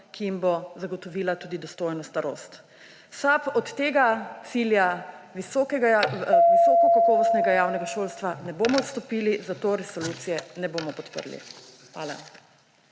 ki jim bo zagotovila tudi dostojno starost. V SAB od tega cilja visoko kakovostnega javnega šolstva ne bomo odstopili, zato resolucije ne bomo podprli. Hvala.